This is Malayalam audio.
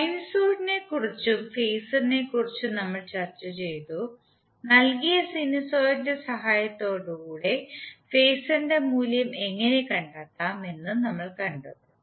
സൈനസോയിഡിനെക്കുറിച്ചും ഫേസറിനെക്കുറിച്ചും നമ്മൾ ചർച്ച ചെയ്തു നൽകിയ സിനുസോയിഡിന്റെ സഹായത്തോടെ ഫേസറിന്റെ മൂല്യം എങ്ങനെ കണ്ടെത്താം നമ്മൾ കണ്ടു